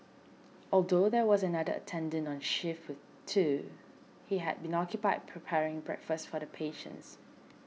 although there was another attendant on shift with Thu he had been occupied preparing breakfast for the patients